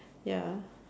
ya